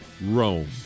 Rome